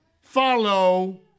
follow